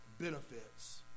benefits